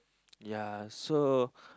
ya so